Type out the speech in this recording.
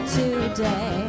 today